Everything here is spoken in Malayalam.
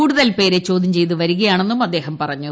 കൂടുതൽപേരെ ചോദ്യം ചെയ്തു വരികയാണെന്നും അദ്ദേഹം പറഞ്ഞു